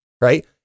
right